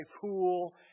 pool